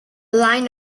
line